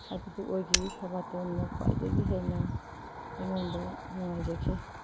ꯍꯥꯏꯕꯗꯨ ꯑꯣꯏꯒꯤ ꯊꯕꯥꯇꯣꯟꯅ ꯈ꯭ꯋꯥꯏꯗꯒꯤ ꯍꯦꯟꯅ ꯑꯩꯉꯣꯟꯗ ꯅꯨꯡꯉꯥꯏꯖꯈꯤ